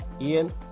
Ian